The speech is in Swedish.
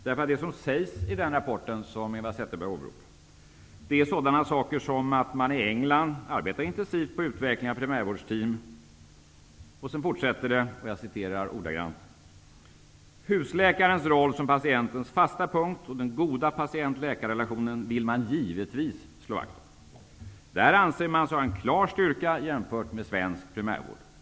Det som sägs i den rapport som Eva Zetterberg åberopar är sådant som att man i England arbetar intensivt på utvecklingen av primärvårdsteam, och rapporten fortsätter: Husläkarens roll som patientens fasta punkt och den goda patient--läkar-relationen vill man givetvis slå vakt om. Det anser man vara en klar styrka i jämförelse med svensk primärvård.